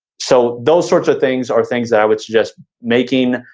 so those sorts of things are things that i would suggest making.